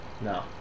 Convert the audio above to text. No